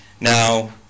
Now